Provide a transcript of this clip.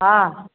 हँ